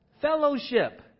fellowship